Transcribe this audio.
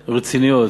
רציניות,